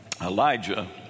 Elijah